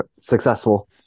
successful